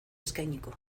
eskainiko